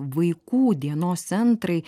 vaikų dienos centrai